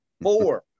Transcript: Four